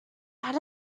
that